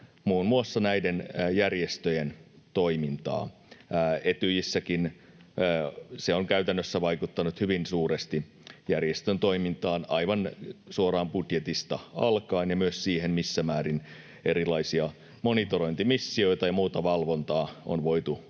muun muassa näiden järjestöjen toimintaa. Etyjissäkin se on käytännössä vaikuttanut hyvin suuresti järjestön toimintaan aivan suoraan, budjetista alkaen, ja myös siihen, missä määrin erilaisia monitorointimissioita ja muuta valvontaa on voitu Ukrainassa